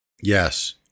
Yes